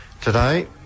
today